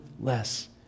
less